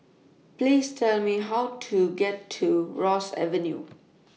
Please Tell Me How to get to Ross Avenue